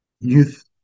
youth